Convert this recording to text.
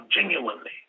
genuinely